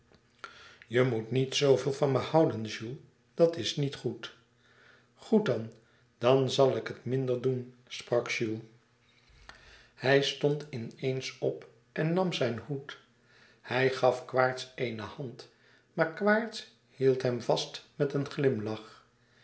je moet niet zooveel van me houden jules dat is niet goed goed dan dan zal ik het minder doen sprak jules hij stond in eens op en nam zijn hoed hij gaf quaerts eene hand maar quaerts hield hem vast met een glimlach